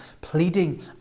pleading